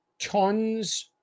tons